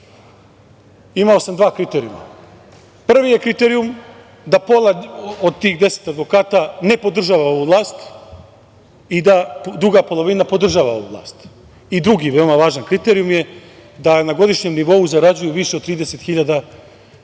imao sam dva kriterijuma. Prvi je kriterijum, da pola od tih deset advokata ne podržava ovu vlast i da druga polovina podržava ovu vlast.I drugi, veoma važan kriterijum je, da na godišnjem novu zarađuju više od 30 hiljada